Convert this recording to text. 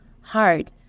hard